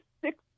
six